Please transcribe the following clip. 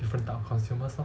different type of consumers lor